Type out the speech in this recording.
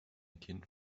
kind